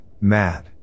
Matt